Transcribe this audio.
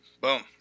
boom